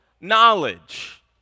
knowledge